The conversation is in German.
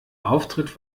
auftritt